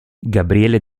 gabriele